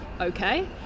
okay